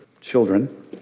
children